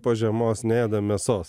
po žiemos neėda mėsos